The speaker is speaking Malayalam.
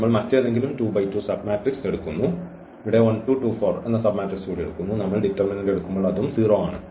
നമ്മൾ മറ്റേതെങ്കിലും 2 × 2 സബ്മാട്രിക്സ് എടുക്കുന്നു ഇവിടെ 1 2 2 4 സബ്മാട്രിക്സ് കൂടി എടുക്കുന്നു നമ്മൾ ഡിറ്റർമിനന്റ് എടുക്കുമ്പോൾ ഇത് 0 ആണ്